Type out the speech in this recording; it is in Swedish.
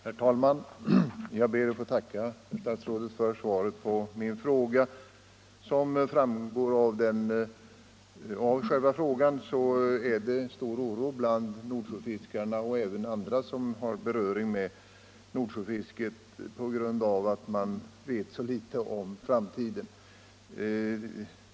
Herr talman! Jag ber att få tacka statsrådet för svaret på min fråga. Som framgår av frågan råder det bland Nordsjöfiskarna och även bland andra som har beröring med Nordsjöfisket stor oro på grund av att man vet så litet om fiskets framtid.